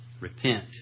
Repent